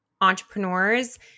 entrepreneurs